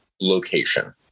location